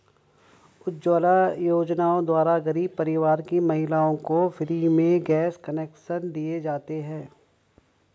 उज्जवला योजना द्वारा गरीब परिवार की महिलाओं को फ्री में गैस कनेक्शन दिए जाते है